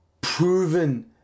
proven